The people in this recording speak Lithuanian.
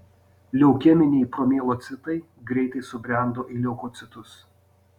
leukeminiai promielocitai greitai subrendo į leukocitus